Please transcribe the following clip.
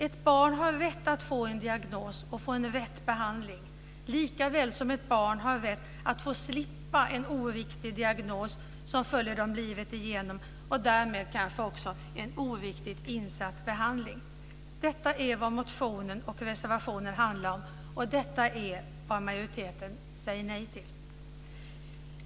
Ett barn har rätt att få en diagnos och rätt behandling, likaväl som barn har rätt att få slippa en oriktig diagnos, som följer dem livet igenom, och därmed kanske också en oriktigt insatt behandling. Detta är vad motionen och reservationen handlar om, och detta är vad majoriteten säger nej till.